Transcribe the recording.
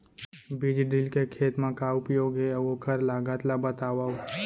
बीज ड्रिल के खेत मा का उपयोग हे, अऊ ओखर लागत ला बतावव?